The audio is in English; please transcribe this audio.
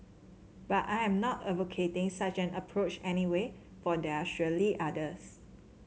but I am not advocating such an approach anyway for there are surely others